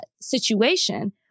situation